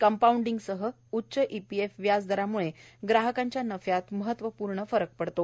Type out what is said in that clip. कंपाऊंडिंगसह उच्च ईपीएफ व्याज दरामुळे ग्राहकांच्या नफ्यात महत्त्वपूर्ण फरक पडतो